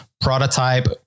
prototype